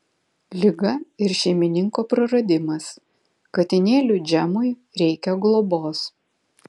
liga ir šeimininko praradimas katinėliui džemui reikia globos